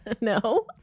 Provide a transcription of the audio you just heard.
No